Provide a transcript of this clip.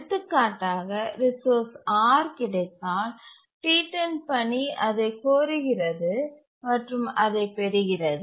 எடுத்துக்காட்டாக resource R கிடைத்தால் T10 பணி அதை கோருகிறது மற்றும் அதை பெறுகிறது